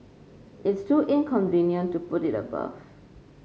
it's too inconvenient to put it above